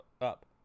up